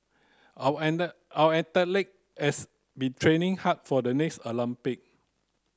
our our athlete has been training hard for the next Olympic